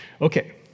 Okay